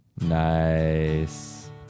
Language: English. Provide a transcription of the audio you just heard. Nice